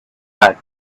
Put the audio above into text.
back